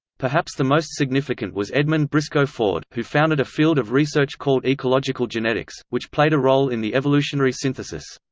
perhaps the most significant was edmund brisco ford, who founded a field of research called ecological genetics, which played a role in the evolutionary synthesis.